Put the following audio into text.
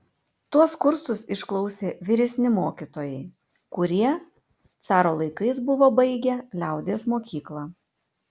tuos kursus išklausė vyresni mokytojai kurie caro laikais buvo baigę liaudies mokyklą